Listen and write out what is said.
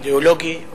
אידיאולוגי,